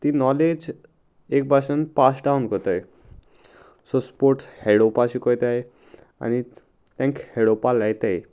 ती नॉलेज एक भाशेन पास डावन कोत्ताय सो स्पोर्ट्स खेळोवपा शिकयताय आनी तांकां खेळोवपा लायताय